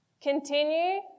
Continue